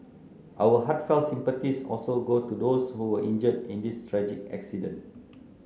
our heartfelt sympathies also go to those who were injured in this tragic accident